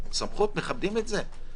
מכבדים את זה.